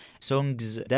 songs